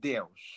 Deus